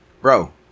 bro